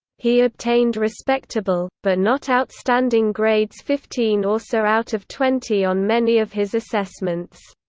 he obtained respectable, but not outstanding grades fifteen or so out of twenty on many of his assessments.